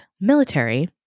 military